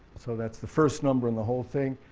so that's the first number in the whole thing.